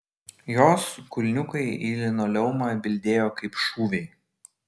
jos kulniukai į linoleumą bildėjo kaip šūviai